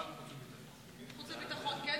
ההצעה להעביר את הנושא לוועדת החוץ והביטחון